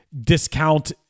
discount